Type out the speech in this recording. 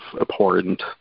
abhorrent